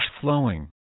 flowing